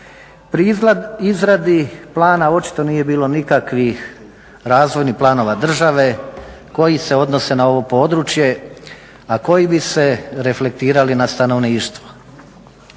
Pri izradi plana očito nije bilo nikakvih razvojnih planova države koji se odnose na ovo područje, a koji bi se reflektirali na stanovništvo.